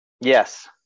Yes